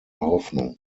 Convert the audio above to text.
hoffnung